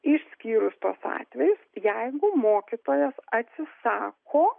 išskyrus tuos atvejus jeigu mokytojas atsisako